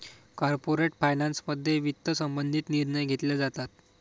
corporate फायनान्समध्ये वित्त संबंधित निर्णय घेतले जातात